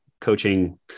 coaching